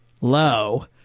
low